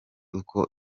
uko